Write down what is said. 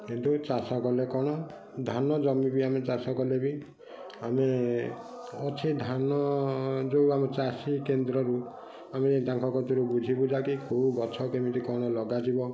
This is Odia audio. କିନ୍ତୁ ଚାଷ କଲେ କ'ଣ ଧାନ ଜମି ବି ଆମେ ଚାଷ କଲେ ବି ଆମେ ଅଛି ଧାନ ଯେଉଁ ଆମ ଚାଷୀ କେନ୍ଦ୍ରରୁ ଆମେ ତାଙ୍କ କତୁରୁ ବୁଝି ବୁଝାକି କେଉଁ ଗଛ କେମିତି କ'ଣ ଲଗାଯିବ